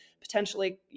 potentially